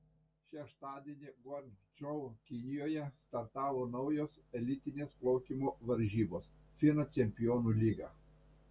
šeštadienį guangdžou kinijoje startavo naujos elitinės plaukimo varžybos fina čempionų lyga